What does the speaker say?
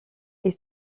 est